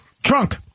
trunk